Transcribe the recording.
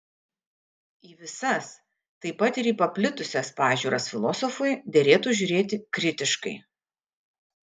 į visas taip pat ir į paplitusias pažiūras filosofui derėtų žiūrėti kritiškai